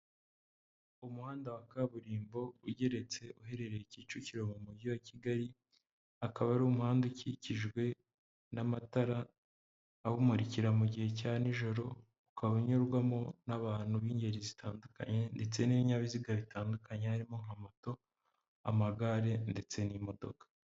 Umuhanda wa kaburimbo ugeretse, uherereye Kicukiro mu mujyi wa Kigali, akaba ari umuhanda ukikijwe n'amatara awumurikira mu gihe cya nijoro, ukaba unyurwamo n'abantu b'ingeri zitandukanye ndetse n'ibinyabiziga bitandukanye, harimo nka moto, amagare, ndetse n'imodoka.